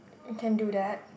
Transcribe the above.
we can do that